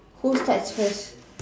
who starts first